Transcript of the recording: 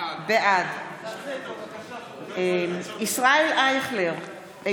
בעד ישראל אייכלר,